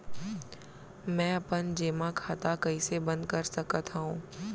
मै अपन जेमा खाता कइसे बन्द कर सकत हओं?